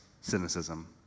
cynicism